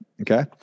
Okay